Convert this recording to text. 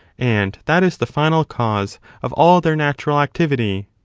and that is the final cause of all their natural activity.